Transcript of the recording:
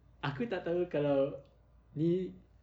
aku tak tahu kalau ini